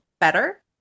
better